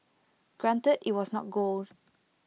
granted IT was not gold